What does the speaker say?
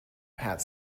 pat